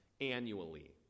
annually